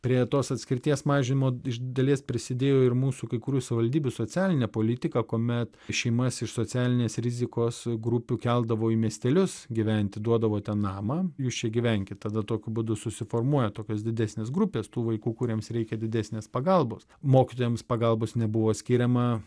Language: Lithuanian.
prie tos atskirties mažinimo iš dalies prisidėjo ir mūsų kai kurių savivaldybių socialinė politika kuomet šeimas iš socialinės rizikos grupių keldavo į miestelius gyventi duodavo ten namą jūs čia gyvenkit tada tokiu būdu susiformuoja tokios didesnės grupės tų vaikų kuriems reikia didesnės pagalbos mokytojams pagalbos nebuvo skiriama